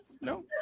No